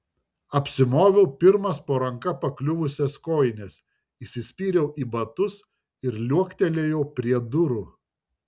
apsimoviau pirmas po ranka pakliuvusias kojines įsispyriau į batus ir liuoktelėjau prie durų